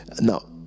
Now